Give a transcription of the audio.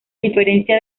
diferencia